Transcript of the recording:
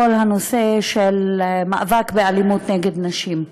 כל הנושא של מאבק באלימות נגד נשים.